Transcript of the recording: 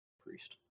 priest